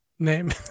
name